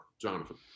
Jonathan